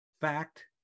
fact